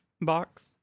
box